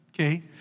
Okay